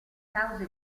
cause